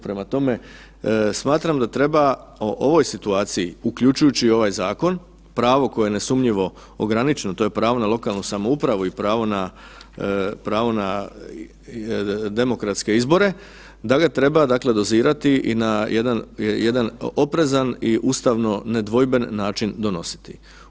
Prema tome, smatram da treba o ovoj situaciji, uključujući i ovaj zakon pravo koje je nesumnjivo ograničeno, to je pravo na lokalnu samoupravu i pravo na demokratske izbore da ga treba dozirati i na jedan oprezan i ustavno nedvojben način donositi.